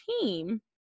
team